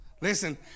Listen